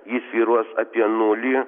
ji svyruos apie nulį